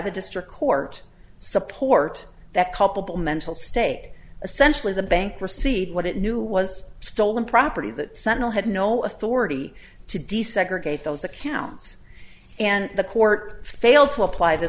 the district court support that culpable mental state essential of the bank received what it knew was stolen property that central had no authority to desegregate those accounts and the court failed to apply th